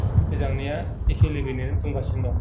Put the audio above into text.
गोजांनाया एखे लेबेलनो दंगासिनो दं